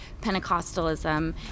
Pentecostalism